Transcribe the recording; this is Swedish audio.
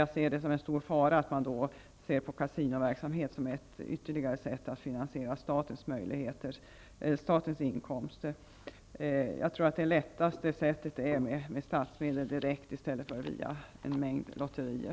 Jag ser det som en stor fara att kasinoverksamhet skulle bli ett ytterligare sätt att finansiera statens utgifter. Jag tror att det bästa sättet är att direkt anslå statsmedel, snarare än att satsa på en mängd lotterier.